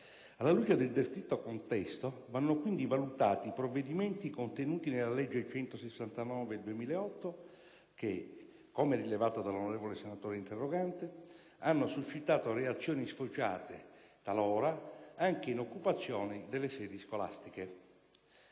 Alla luce del descritto contesto vanno quindi valutati i provvedimenti contenuti nella legge n. 169 del 2008 che, come rilevato dall'onorevole senatore interrogante, hanno suscitato reazioni sfociate, talora, anche in occupazioni delle sedi scolastiche.